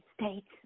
States